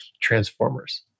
transformers